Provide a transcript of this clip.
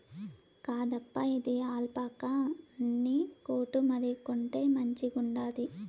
కాదప్పా, ఇది ఆల్పాకా ఉన్ని కోటు మరి, కొంటే మంచిగుండాది